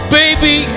baby